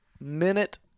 minute